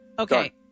Okay